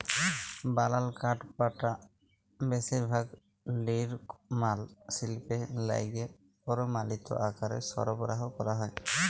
বলাল কাঠপাটা বেশিরভাগ লিরমাল শিল্পে লাইগে পরমালিত আকারে সরবরাহ ক্যরা হ্যয়